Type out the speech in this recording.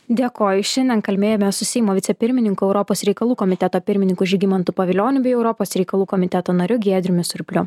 dėkoju šiandien kalbėjome su seimo vicepirmininku europos reikalų komiteto pirmininku žygimantu pavilioniu bei europos reikalų komiteto nariu giedriumi surpliu